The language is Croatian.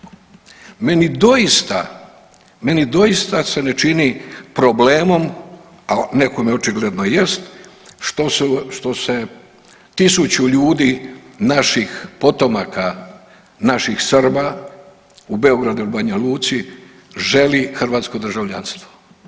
Meni doista, meni doista se ne čini problemom, a nekome očigledno jest što se tisuću ljudi naših potomaka, naših Srba u Beogradu ili Banja Luci želi hrvatsko državljanstvo.